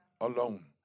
alone